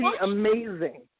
amazing